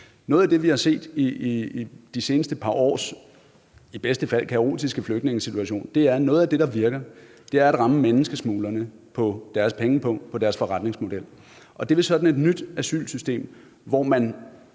Det, som vi har set i de seneste par års i bedste fald kaotiske flygtningesituation, er, at noget af det, der virker, er at ramme menneskesmuglerne på deres pengepung og på deres forretningsmodel, og det vil sådan et nyt asylsystem, hvor man